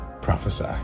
prophesy